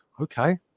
okay